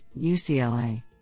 UCLA